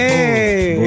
Hey